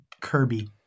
Kirby